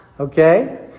Okay